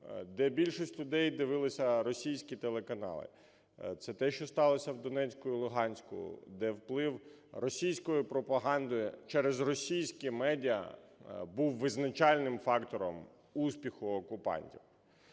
де більшість людей дивилися російські телеканали, це те, що сталося в Донецьку і Луганську, де вплив російської пропаганди через російські медіа був визначальним фактором успіху окупантів.